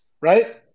right